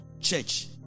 church